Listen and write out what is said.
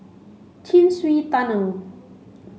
Chin Swee Tunnel